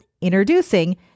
introducing